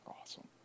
Awesome